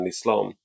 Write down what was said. Islam